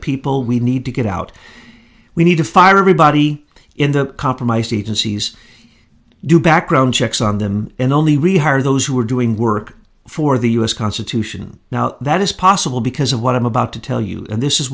people we need to get out we need to fire everybody in the compromised agencies do background checks on them and only rehire those who are doing work for the us constitution now that is possible because of what i'm about to tell you and this is